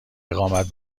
اقامت